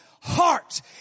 heart